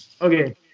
Okay